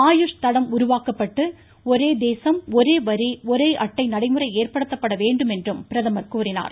ஆயுஷ் தடம் உருவாக்கப்பட்டு ஒரே தேசம் ஒரே வரி ஒரே அட்டை நடைமுறை ஏற்படுத்தப்பட வேண்டும் என்றும் அவர் கூறினார்